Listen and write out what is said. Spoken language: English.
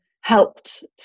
helped